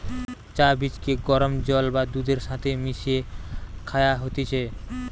চা বীজকে গরম জল বা দুধের সাথে মিশিয়ে খায়া হতিছে